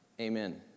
Amen